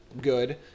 good